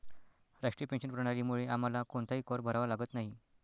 राष्ट्रीय पेन्शन प्रणालीमुळे आम्हाला कोणताही कर भरावा लागत नाही